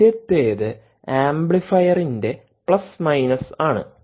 ആദ്യത്തേത് ആംപ്ലിഫയറിന്റെ plus minus ആണ്